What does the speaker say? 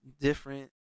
different